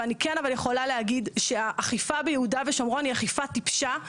ואני כן יכולה להגיד שהאכיפה ביהודה ושומרון היא אכיפה טיפשה,